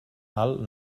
alt